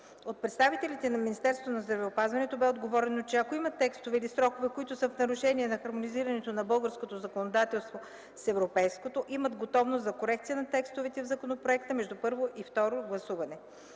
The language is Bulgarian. От представителите на Министерството на здравеопазването бе отговорено, че ако има текстове или срокове, които са в нарушение на хармонизирането на българското законодателство с европейското, имат готовност за корекция на текстовете в законопроекта между първо и второ гласуване.